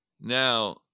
Now